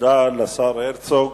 תודה לשר הרצוג.